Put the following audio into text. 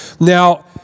Now